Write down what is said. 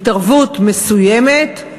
התערבות מסוימת,